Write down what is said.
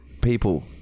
People